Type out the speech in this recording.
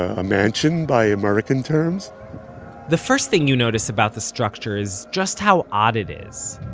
a mansion by american terms the first thing you notice about the structure is just how odd it is.